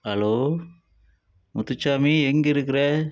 hello Muthusamy எங்கே இருக்கிற